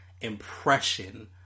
impression